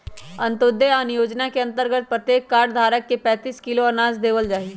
अंत्योदय अन्न योजना के अंतर्गत प्रत्येक कार्ड धारक के पैंतीस किलो अनाज देवल जाहई